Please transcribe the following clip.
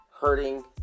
hurting